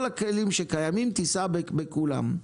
כל הכלים שקיימים, תיסע בכולם.